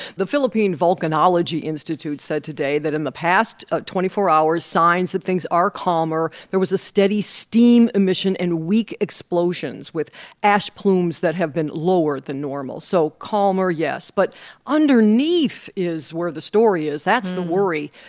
the philippine volcanology institute said today that in the past ah twenty four hours signs that things are calmer. there was a steady steam emission and weak explosions with ash plumes that have been lower than normal. so calmer, yes. but underneath is where the story is. that's the worry.